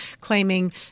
claiming